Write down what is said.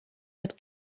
mit